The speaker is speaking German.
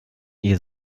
ihr